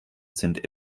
sind